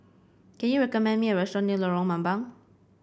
can you recommend me a restaurant near Lorong Mambong